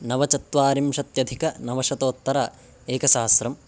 नवचत्वारिंशत्यधिकनवशतोत्तरेकसहस्रम्